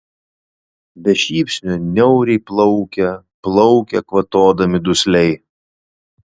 be šypsnio niauriai plaukia plaukia kvatodami dusliai